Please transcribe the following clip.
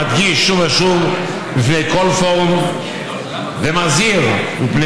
מדגיש שוב ושוב בפני כל פורום ומזהיר מפני